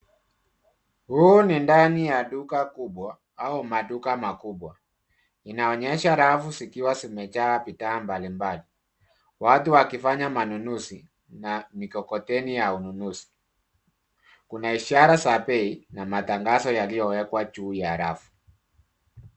Huu ni ndani ya duka kubwa au maduka makubwa. Inaonyesha rafu zikiwa zimejaa bidhaa mbalimbali, watu wakifanya manunuzi na mikokoteni ya ununuzi. Kuna ishara za bei na matangazo yaliyowekwa juu ya rafu.